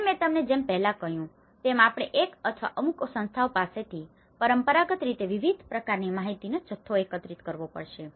હવે મેં તમને જેમ પહેલા કહ્યું હતું તેમ આપણે એક અથવા અમુક સંસ્થાઓ પાસેથી પરંપરાગત રીતે વિવિધ પ્રકારની માહિતીનો જથ્થો એકત્રિત કરવો પડશે